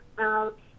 out